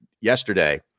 yesterday